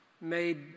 made